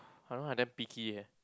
I know I damn picky eh